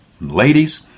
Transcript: ladies